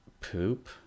poop